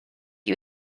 you